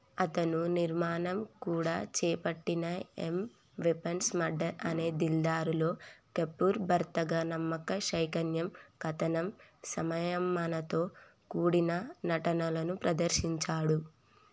అతను నిర్మాణం కూడా చేపట్టిన మై వైఫ్స్ మర్డర్ అనే థ్రిల్లర్లో కపూర్ భర్తగా నమ్మశక్యం కానంత సంయమనంతో కూడిన నటనను ప్రదర్శించాడు